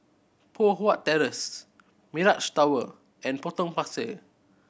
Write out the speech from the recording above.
Poh Huat Terrace Mirage Tower and Potong Pasir